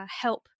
help